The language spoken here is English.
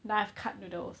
knife cut noodles